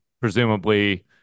presumably